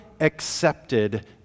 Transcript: accepted